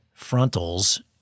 frontals